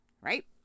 right